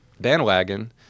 bandwagon